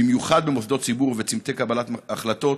במיוחד במוסדות ציבור ובצומתי קבלת החלטות,